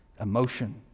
emotion